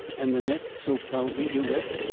and the neck so proudly erect!